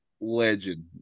legend